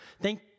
Thank